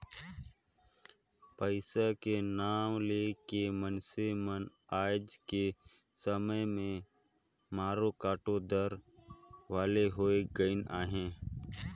पइसा के नांव ले के मइनसे मन आएज के समे में मारो काटो दार वाले होए गइन अहे